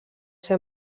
ser